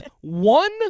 one